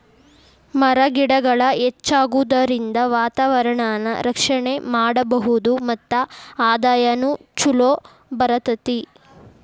ಮರ ಗಿಡಗಳ ಹೆಚ್ಚಾಗುದರಿಂದ ವಾತಾವರಣಾನ ರಕ್ಷಣೆ ಮಾಡಬಹುದು ಮತ್ತ ಆದಾಯಾನು ಚುಲೊ ಬರತತಿ